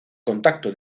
contacto